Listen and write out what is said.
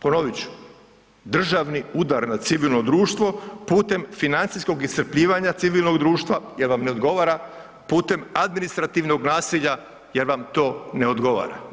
Ponovit ću državni udar na civilno društvo putem financijskog iscrpljivanja civilnog društva jer vam ne odgovara putem administrativnog nasilja jer vam to ne odgovara.